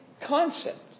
concept